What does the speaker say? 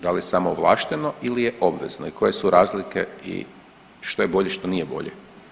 Da li samo ovlašteno ili je obvezno i koje su razlike i što je bolje što nije bolje.